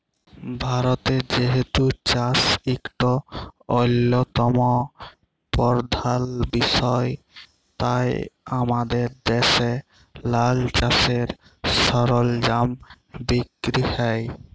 ভারতে যেহেতু চাষ ইকট অল্যতম পরধাল বিষয় তাই আমাদের দ্যাশে লালা চাষের সরলজাম বিক্কিরি হ্যয়